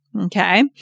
okay